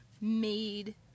made